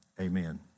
amen